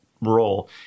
role